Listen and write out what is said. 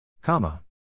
Comma